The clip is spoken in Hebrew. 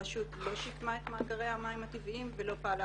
הרשות לא שיקמה את מאגרי המים הטבעיים ולא פעלה